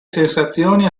sensazioni